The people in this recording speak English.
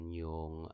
yung